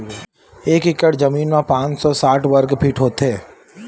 एक एकड़ जमीन मा पांच सौ साठ वर्ग फीट होथे